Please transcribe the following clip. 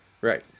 Right